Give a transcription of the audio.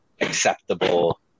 acceptable